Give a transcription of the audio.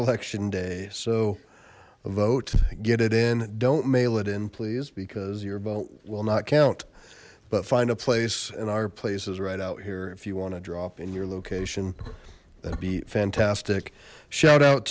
election day so vote get it in don't mail it in please because your vote will not count but find a place and our place is right out here if you want to drop in your location that'd be fantastic shout out